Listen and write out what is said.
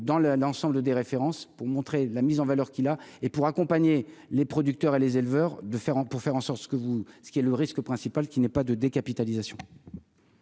dans le l'ensemble des références pour montrer la mise en valeur qui là et pour accompagner les producteurs et les éleveurs de faire pour faire en sorte que vous ce qui est le risque principal, qui n'est pas de décapitalisation.